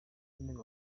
w’intebe